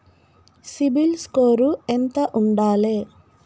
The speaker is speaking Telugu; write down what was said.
సిబిల్ స్కోరు ఎంత ఉండాలే?